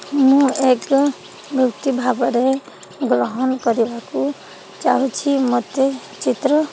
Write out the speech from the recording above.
ମୁଁ ଏକ ବ୍ୟକ୍ତି ଭାବରେ ଗ୍ରହଣ କରିବାକୁ ଚାହୁଁଛି ମୋତେ ଚିତ୍ର